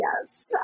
Yes